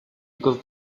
because